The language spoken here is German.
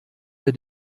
der